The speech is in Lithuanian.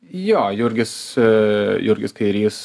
jo jurgis a jurgis kairys